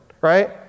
right